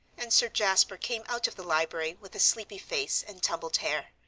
and sir jasper came out of the library with a sleepy face and tumbled hair.